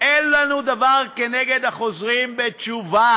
אין לנו דבר כנגד החוזרים בתשובה.